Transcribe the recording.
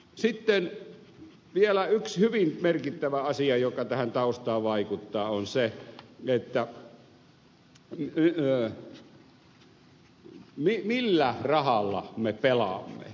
sitten vielä yksi hyvin merkittävä asia joka tähän taustaan vaikuttaa on se millä rahalla me pelaamme